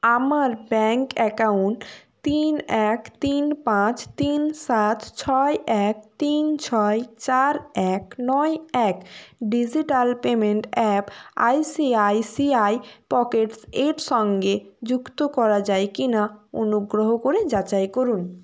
আমার bank account তিন এক তিন পাঁচ তিন সাত ছয় এক তিন ছয় চার এক নয় এক digital payment app I C I C I pockets এর সঙ্গে যুক্ত করা যায় কিনা অনুগ্রহ করে যাচাই করুন